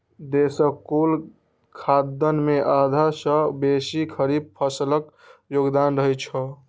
देशक कुल खाद्यान्न मे आधा सं बेसी खरीफ फसिलक योगदान रहै छै